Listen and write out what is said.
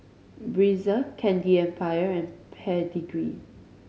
Breezer Candy Empire and Pedigree